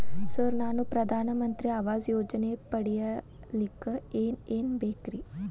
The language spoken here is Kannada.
ಸರ್ ನಾನು ಪ್ರಧಾನ ಮಂತ್ರಿ ಆವಾಸ್ ಯೋಜನೆ ಪಡಿಯಲ್ಲಿಕ್ಕ್ ಏನ್ ಏನ್ ಬೇಕ್ರಿ?